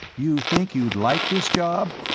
you think you'd like this job?